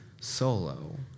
solo